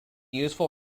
useful